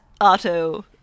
auto